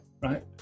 right